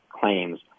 claims